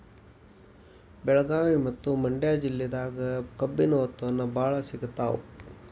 ಬೆಳಗಾವಿ ಮತ್ತ ಮಂಡ್ಯಾ ಜಿಲ್ಲೆದಾಗ ಕಬ್ಬಿನ ಉತ್ಪನ್ನ ಬಾಳ ಸಿಗತಾವ